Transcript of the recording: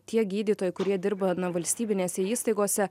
tie gydytojai kurie dirba valstybinėse įstaigose